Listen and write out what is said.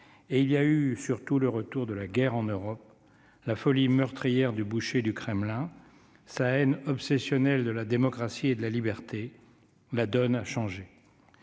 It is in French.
Et il y a eu surtout le retour de la guerre en Europe, la folie meurtrière du boucher du Kremlin, sa haine obsessionnelle de la démocratie et de la liberté. La donne a changé.